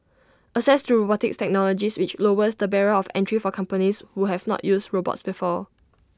assess to robotics technologies which lowers the barrier of entry for companies who have not used robots before